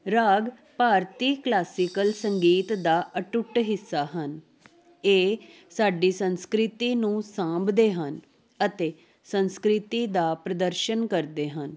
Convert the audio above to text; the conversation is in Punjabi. ਰਾਗ ਭਾਰਤੀ ਕਲਾਸੀਕਲ ਸੰਗੀਤ ਦਾ ਅਟੁੱਟ ਹਿੱਸਾ ਹਨ ਇਹ ਸਾਡੀ ਸੰਸਕ੍ਰਿਤੀ ਨੂੰ ਸਾਂਭਦੇ ਹਨ ਅਤੇ ਸੰਸਕ੍ਰਿਤੀ ਦਾ ਪ੍ਰਦਰਸ਼ਨ ਕਰਦੇ ਹਨ